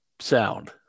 sound